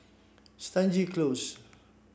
Stangee Close